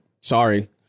sorry